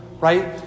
right